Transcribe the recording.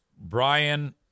Brian